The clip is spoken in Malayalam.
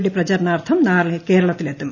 യുടെ പ്രചാരണാർത്ഥം നാളെ കേരളത്തിലെത്തും